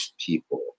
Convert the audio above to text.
people